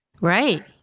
Right